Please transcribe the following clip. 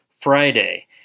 Friday